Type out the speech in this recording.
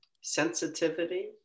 sensitivity